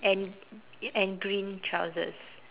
and and green trousers